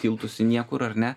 tiltus į niekur ar ne